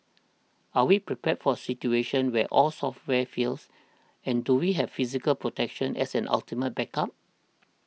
are we prepared for a situation where all software fails and do we have physical protection as an ultimate backup